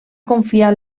confiar